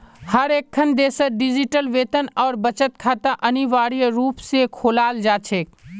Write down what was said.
हर एकखन देशत डिजिटल वेतन और बचत खाता अनिवार्य रूप से खोलाल जा छेक